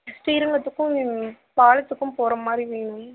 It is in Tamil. ஸ்ரீரங்கத்துக்கும் ஃபால்ஸுக்கும் போகிற மாதிரி வேணும்